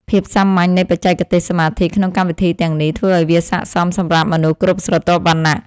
ភាពសាមញ្ញនៃបច្ចេកទេសសមាធិក្នុងកម្មវិធីទាំងនេះធ្វើឱ្យវាស័ក្តិសមសម្រាប់មនុស្សគ្រប់ស្រទាប់វណ្ណៈ។